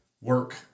work